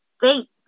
Thank